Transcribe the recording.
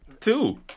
Two